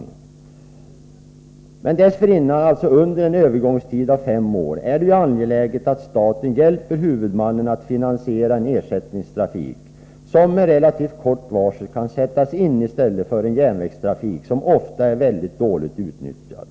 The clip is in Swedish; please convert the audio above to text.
Det är angeläget att staten dessförinnan, alltså under en övergångstid av fem år, hjälper huvudmännen att finansiera en ersättningstrafik som med relativt kort varsel kan sättas in i stället för en järnvägstrafik, som ofta är väldigt dåligt utnyttjad.